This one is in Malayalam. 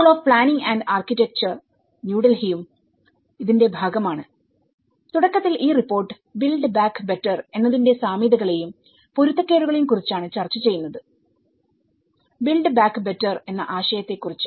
school of planning and architecture new ഡൽഹിയും School of Planning and Architecture New Delhi ഇതിന്റെ ഭാഗമാണ് തുടക്കത്തിൽ ഈ റിപ്പോർട്ട് ബിൽഡ് ബാക്ക് ബെറ്റർ എന്നതിന്റെ സാമ്യതകളെയും പൊരുത്തക്കേടുകളെയും കുറിച്ചാണ് ചർച്ച ചെയ്യുന്നത്ബിൽഡ് ബാക്ക് ബെറ്റർ എന്ന ആശയത്തെ കുറിച്ച്